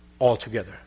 altogether